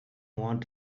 want